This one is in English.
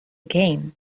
game